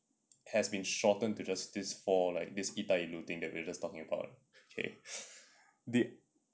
has been shortened to just this four like this 一带一路 thing that we were just talking okay